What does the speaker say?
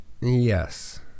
Yes